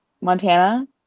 Montana